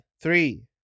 Three